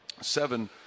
seven